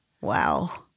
Wow